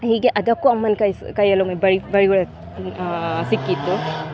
ಹೀಗೆ ಅದಕ್ಕೂ ಅಮ್ಮನ ಕೈ ಕೈಯಲ್ಲೊಮ್ಮೆ ಬೈಗುಳ ಸಿಕ್ಕಿತ್ತು